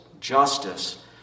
justice